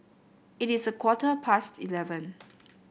it is a quarter past eleven